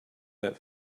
that